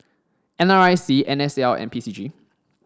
N R I C N S L and P C G